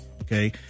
okay